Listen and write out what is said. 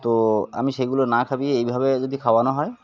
তো আমি সেগুলো না খাইয়ে এইভাবে যদি খাওয়ানো হয়